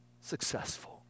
successful